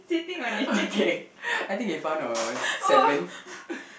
okay I think we found our seventh